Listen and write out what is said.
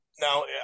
now